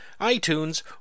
iTunes